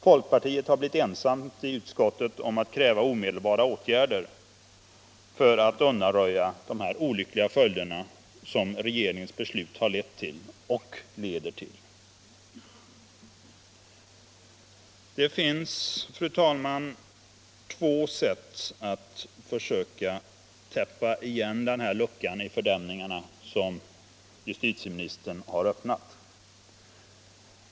Folkpartiet har blivit ensamt i utskottet om att kräva omedelbara åtgärder för att undanröja de olyckliga följder som regeringens beslut har lett t:ll och leder till. Det finns, fru talman, två sätt att försöka täppa igen en lucka i fördämningarna som justitieministern har öppnat.